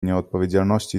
nieodpowiedzialności